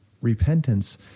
repentance